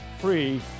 free